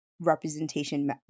representation